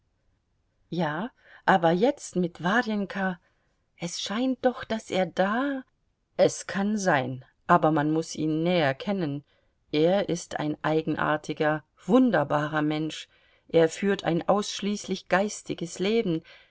ja aber jetzt mit warjenka es scheint doch daß er da es kann sein aber man muß ihn näher kennen er ist ein eigenartiger wunderbarer mensch er führt ein ausschließlich geistiges leben